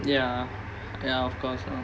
ya ya of course ah